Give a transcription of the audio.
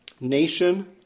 nation